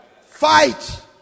fight